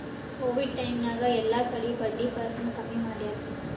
Covid time ನಾಗ್ ಎಲ್ಲಾ ಕಡಿ ಬಡ್ಡಿ ಪರ್ಸೆಂಟ್ ಕಮ್ಮಿ ಮಾಡ್ಯಾರ್